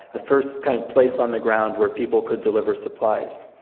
the first kind of place on the ground where people could deliver supplies,